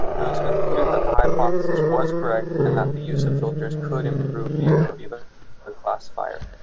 it was concluded that the hypothesis was correct and that the use of filters could improve the ability of ah the classifier.